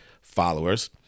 followers